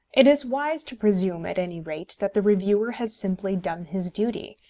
it is wise to presume, at any rate, that the reviewer has simply done his duty,